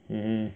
mmhmm